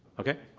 okay,